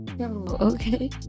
okay